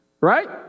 Right